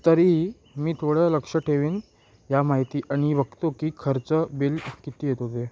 तरी मी थोडं लक्ष ठेवीन या माहिती आणि बघतो की खर्च बिल किती येतो ते